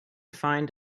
find